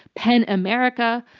pen america,